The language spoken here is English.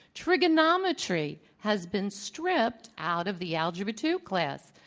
trigonometry has been stripped out of the algebra two class.